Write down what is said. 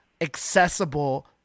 accessible